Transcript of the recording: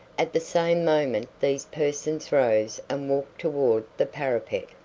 at the same moment these persons rose and walked toward the parapet.